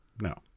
no